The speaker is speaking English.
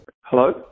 Hello